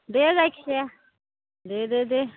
दे जायखिजाया दे दे दे